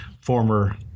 former